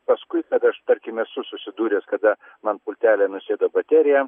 paskui kad aš tarkim esu susidūręs kada man pultely nusėda baterija